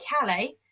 Calais